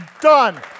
done